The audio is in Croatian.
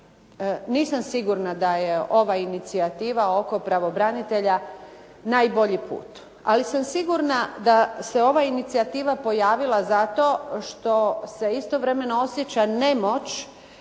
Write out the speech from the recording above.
nisam sigurna da je ova inicijativa oko pravobranitelja najbolji put, ali sam sigurna da se ova inicijativa pojavila zato što se istovremeno osjeća nemoć